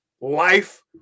life